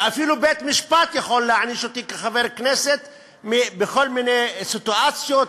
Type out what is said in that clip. ואפילו בית-משפט יכול להעניש אותי כחבר כנסת בכל מיני סיטואציות,